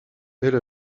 elle